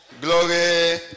glory